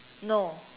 no